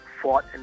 fought